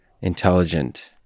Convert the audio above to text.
intelligent